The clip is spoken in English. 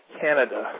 Canada